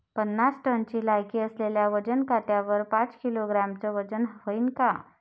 पन्नास टनची लायकी असलेल्या वजन काट्यावर पाच किलोग्रॅमचं वजन व्हईन का?